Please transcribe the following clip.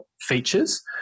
features